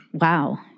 Wow